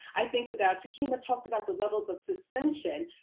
i think about takiema talked about the levels of suspension.